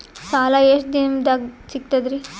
ಸಾಲಾ ಎಷ್ಟ ದಿಂನದಾಗ ಸಿಗ್ತದ್ರಿ?